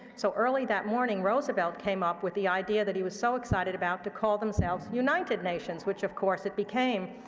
so early that morning, roosevelt came up with the idea that he was so excited about to call themselves united nations, which of course it became.